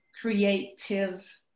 creative